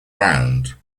round